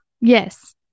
Yes